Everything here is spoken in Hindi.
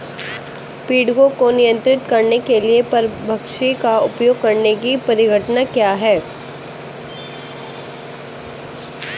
पीड़कों को नियंत्रित करने के लिए परभक्षी का उपयोग करने की परिघटना क्या है?